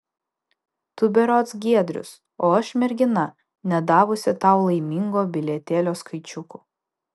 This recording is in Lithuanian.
tu berods giedrius o aš mergina nedavusi tau laimingo bilietėlio skaičiukų